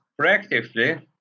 proactively